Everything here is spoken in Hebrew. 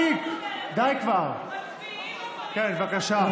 כן, בבקשה.